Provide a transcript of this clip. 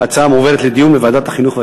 ההצעה להעביר את הנושא לוועדת החינוך,